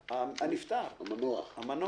המנוח.